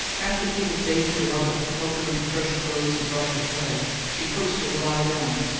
after kate had bathed her mother, helped her into fresh clothes, and brushed her hair, she coaxed her to lie down,